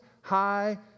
High